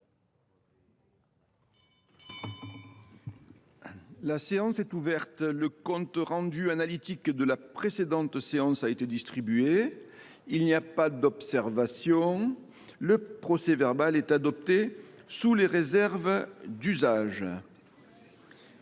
La séance est ouverte. Le compte rendu analytique de la précédente séance a été distribué. Il n’y a pas d’observation ?… Le procès verbal est adopté sous les réserves d’usage.